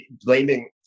blaming